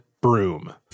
broom